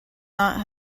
not